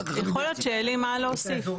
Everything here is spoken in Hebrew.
יכול להיות שיהיה לי מה להוסיף.